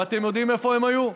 ואתם יודעים איפה הם היו?